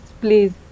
please